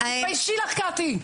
תתביישי לך, קטי.